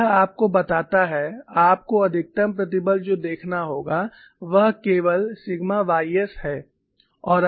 तो यह आपको बताता है आपको अधिकतम प्रतिबल जो देखना होगा वह केवल सिग्मा ys है